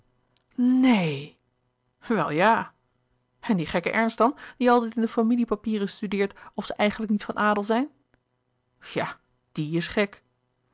neen wel ja en die gekke ernst dan die altijd in de familie-papieren studeert of ze eigenlijk niet van adel zijn ja die is gek